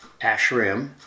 ashrim